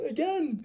Again